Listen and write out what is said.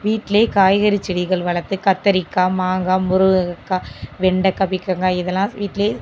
வீட்டிலேயே காய்கறி செடிகள் வளர்த்து கத்திரிக்கா மாங்காய் முருங்கைக்கா வெண்டைக்கா பீர்க்கங்கா இதெல்லாம் வீட்டிலேயே